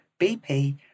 BP